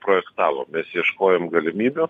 projektavom mes ieškojom galimybių